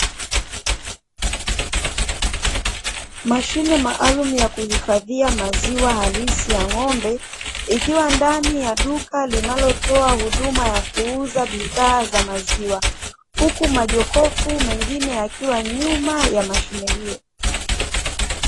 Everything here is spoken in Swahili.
Mashine maalumu ya kuhifadhia maziwa halisi ya ng'ombe, ikiwa ndani ya duka linalotoa huduma ya kuuza bidhaa za maziwa, huku majokofu mengine yakiwa nyuma ya mashine hiyo.